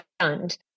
stunned